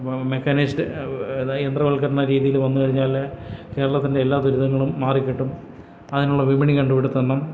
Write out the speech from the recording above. mechanised യന്ത്രവൽക്കരണ രീതിയില് വന്നുകഴിഞ്ഞാല് കേരളത്തിന്റെ എല്ലാ ദുരിതങ്ങളും മാറിക്കിട്ടും അതിനുള്ള വിപണി കണ്ടുപിടുത്തംണം